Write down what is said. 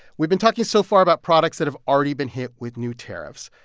we've been talking so far about products that have already been hit with new tariffs,